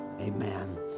Amen